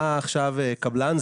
בא עכשיו קבלן,